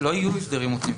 לא יהיו הסדרים מותנים.